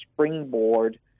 springboard